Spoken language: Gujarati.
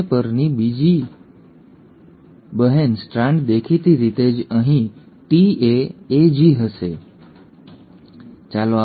પરની બીજી બહેન સ્ટ્રાન્ડ દેખીતી રીતે જ અહીં T a A a G હશે અહીં તેમાં સી હશે કારણ કે સી સાથે જીની જોડી છે અહીં ફરીથી સી સાથે જીની જોડી છે અને અહીં તમારી પાસે જી છે